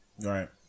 Right